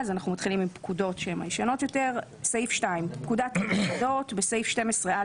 תיקון פקודת2.בפקודת המיילדות - המיילדות בסעיף 12א,